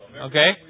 Okay